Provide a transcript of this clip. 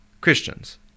Christians